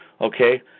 okay